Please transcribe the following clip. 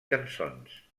cançons